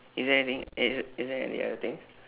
is there anything is is there any other thing